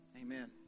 Amen